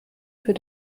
für